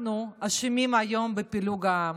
אנחנו אשמים היום בפילוג העם.